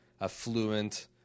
affluent